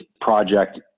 project